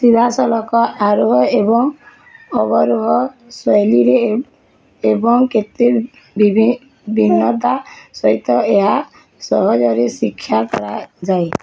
ସିଧାସଳଖ ଆରୋହ ଏବଂ ଅବରୋହ ଶୈଳୀରେ ଏବଂ କେତେ ବିଭିନ୍ନତା ସହିତ ଏହା ସହଜରେ ଶିକ୍ଷା କରାଯାଏ